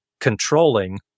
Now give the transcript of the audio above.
controlling